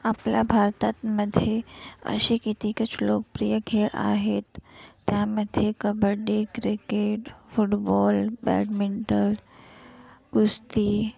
आपल्या भारतामध्ये असे कितीकच लोकप्रिय खेळ आहेत त्यामध्ये कबड्डी क्रिकेट फुटबॉल बॅडमिंटन कुस्ती